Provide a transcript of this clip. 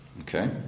Okay